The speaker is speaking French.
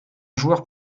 joueurs